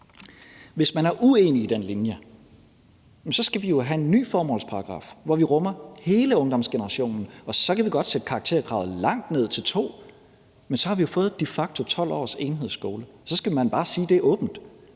Hvis man er uenig i den linje, skal vi jo have en ny formålsparagraf, hvor vi rummer hele ungdomsgenerationen, og så kan vi godt sætte karakterkravet langt ned, til 02, men så har vi jo de facto fået 12 års enhedsskole, og så skal man bare sige det åbent.